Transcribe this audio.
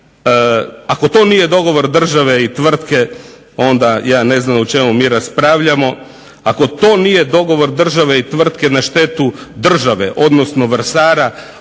ako to nije dogovor države i tvrtke ja ne znam o čemu mi raspravljamo, ali to nije dogovor države i tvrtke na štetu države odnosno Vrsara